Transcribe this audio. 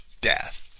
death